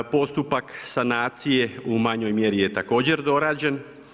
Postupak sanacije u manjoj mjeri je također dorađen.